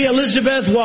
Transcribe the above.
Elizabeth